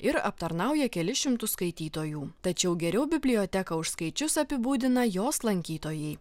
ir aptarnauja kelis šimtus skaitytojų tačiau geriau biblioteką už skaičius apibūdina jos lankytojai